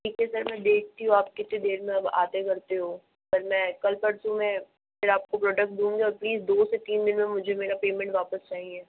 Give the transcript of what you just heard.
ठीक है सर मैं देखती हूँ आप कितने देर में अब आते करते हो पर मैं कल परसों में फिर आपको प्रॉडक्ट दूंगी और प्लीज़ दो से तीन दिन में मुझे मेरा पेमेंट वापस चाहिए